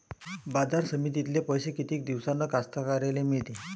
बाजार समितीतले पैशे किती दिवसानं कास्तकाराइले मिळते?